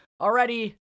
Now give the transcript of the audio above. already